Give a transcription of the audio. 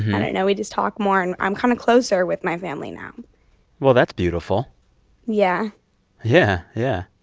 i don't know. we just talk more, and i'm kind of closer with my family now well, that's beautiful yeah yeah, yeah.